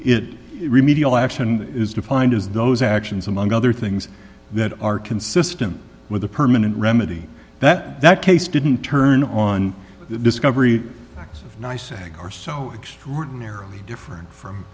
it remediate all action is defined as those actions among other things that are consistent with a permanent remedy that that case didn't turn on the discovery of nice and are so extraordinarily different from